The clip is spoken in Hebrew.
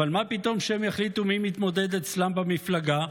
אבל מה פתאום שהם יחליטו מי מתמודד אצלם במפלגה?